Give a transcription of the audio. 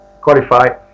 qualify